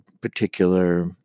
particular